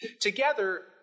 Together